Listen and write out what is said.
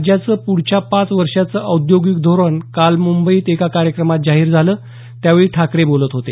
राज्याचं पुढच्या पाच वर्षांचं औद्योगिक धोरण काल मुंबईत एका कार्यक्रमात जाहीर झालं त्यावेळी ठाकरे बोलत होते